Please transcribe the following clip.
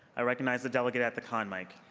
i recognize the delegate at the con mic.